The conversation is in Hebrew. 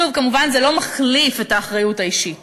שוב, כמובן, זה לא מחליף את האחריות האישית,